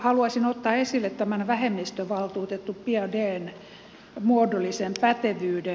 haluaisin ottaa esille tämän vähemmistövaltuutettu biaudetn muodollisen pätevyyden